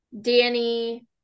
Danny